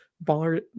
bar